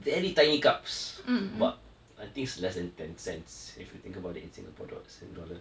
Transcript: very tiny cups but I think is less than ten cents if you think about it in singapore dollar in sing~ dollars